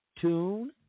Tune